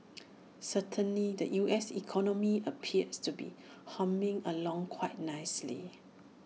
certainly the U S economy appears to be humming along quite nicely